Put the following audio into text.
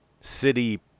city